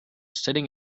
sitting